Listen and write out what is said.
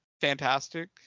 fantastic